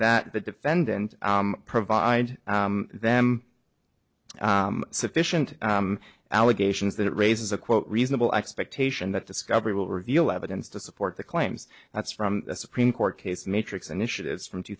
that the defendant provide them sufficient allegations that it raises a quote reasonable expectation that discovery will reveal evidence to support the claims that's from the supreme court case matrix initiatives from two